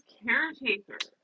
caretaker